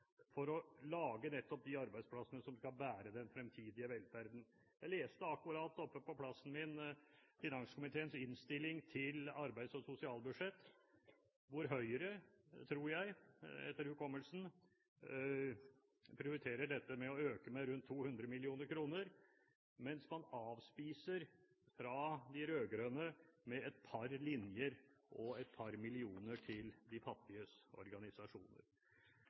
til å lage nettopp de arbeidsplassene som skal bære den fremtidige velferden. Jeg leste akkurat oppe på plassen min finanskomiteens innstilling til arbeids- og sosialbudsjettet, hvor Høyre, tror jeg etter hukommelsen, prioriterer å øke med rundt 200 mill. kr, mens de fattiges organisasjoner avspises med et par linjer og et par millioner fra de